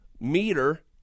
meter